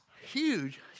huge